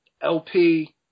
LP